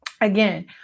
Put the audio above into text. Again